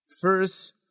first